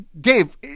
Dave